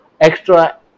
extra